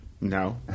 No